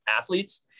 athletes